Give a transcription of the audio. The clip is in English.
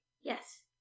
Yes